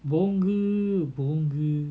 போங்குபோங்கு::ponku ponku